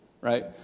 right